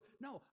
No